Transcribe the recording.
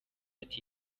ati